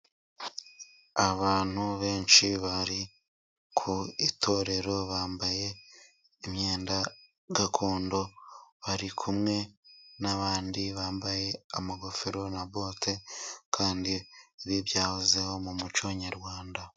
Abantu benshi bari ku itorero bambaye imyenda gakondo, bari kumwe n'abandi bambaye amagofero na bote, kandi ibi ibyahozeho mu muco nyarwanda.